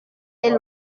est